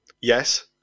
Yes